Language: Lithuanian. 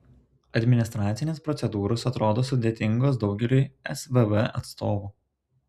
administracinės procedūros atrodo sudėtingos daugeliui svv atstovų